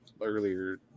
earlier